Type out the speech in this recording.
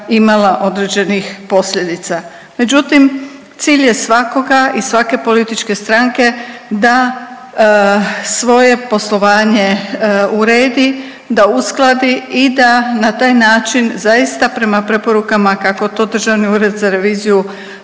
imala određenih posljedica. Međutim, cilj je svakoga i svake političke stranke da svoje poslovanje uredi, da uskladi i da na taj način zaista prema preporukama kako to Državni ured za reviziju